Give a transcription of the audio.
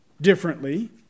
differently